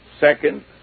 Second